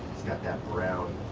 got that brown